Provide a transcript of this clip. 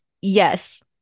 Yes